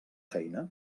feina